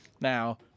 Now